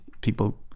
people